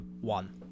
one